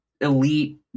elite